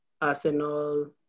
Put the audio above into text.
Arsenal